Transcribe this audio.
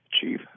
Chief